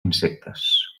insectes